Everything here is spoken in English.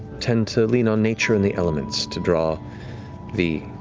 tend to lean on nature and the elements to draw the